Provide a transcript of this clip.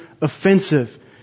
offensive